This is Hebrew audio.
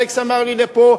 אלכס אמר לי לפה,